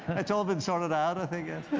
it's all been sorted out, i think.